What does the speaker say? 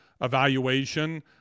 evaluation